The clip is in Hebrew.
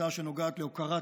הצעה שנוגעת להוקרת